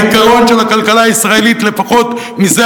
היתרון של הכלכלה הישראלית לפחות מזה